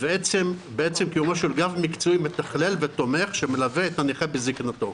בעצם קיומו של גב מקצועי מתכלל ותומך שמלווה את הנכה בזקנתו.